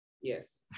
Yes